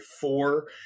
four